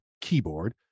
keyboard